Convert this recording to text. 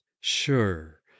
Sure